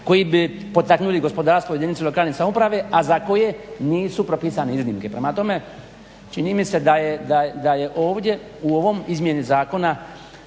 koji bi potaknuli gospodarstvo u jedinici lokalne samouprave a za koje nisu propisani iznimke. Prema tome, čini mi se da je ovdje u ovoj izmjeni zakona